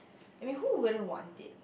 I mean who wouldn't want it